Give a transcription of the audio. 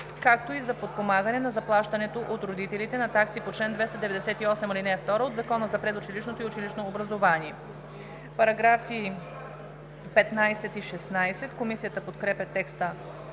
както и за подпомагане на заплащането от родителите на такси по чл. 298, ал. 2 от Закона за предучилищното и училищното образование.“ Комисията подкрепя текста